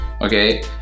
okay